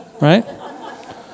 Right